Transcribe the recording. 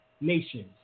nations